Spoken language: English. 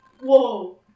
Whoa